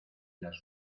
las